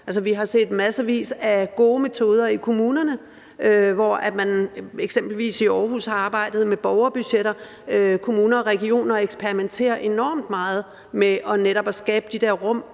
Vi har set massevis af gode metoder i kommunerne, hvor man eksempelvis i Aarhus har arbejdet med borgerbudgetter. Kommuner og regioner eksperimenterer enormt meget med netop at skabe de